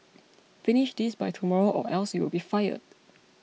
finish this by tomorrow or else you'll be fired